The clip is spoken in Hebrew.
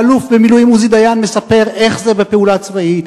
והאלוף במילואים עוזי דיין מספר איך זה בפעולה צבאית,